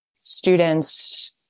students